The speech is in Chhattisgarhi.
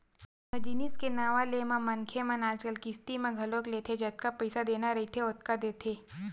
कोनो जिनिस के नवा ले म मनखे मन आजकल किस्ती म घलोक लेथे जतका पइसा देना रहिथे ओतका देथे